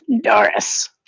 Doris